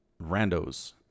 randos